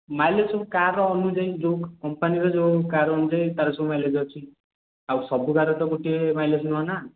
mileage ସବୁ କାର୍ର ଅନୁଯାୟୀ ଯେଉଁ କମ୍ପାନୀର ଯେଉଁ କାର୍ ଅନୁଯାୟୀ ତାର ସବୁ ମାଇଲେଜ୍ ଅଛି ଆଉ ସବୁ କାର୍ରେ ତ ଗୋଟିଏ ମାଇଲେଜ୍ ନୁହଁନା